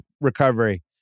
recovery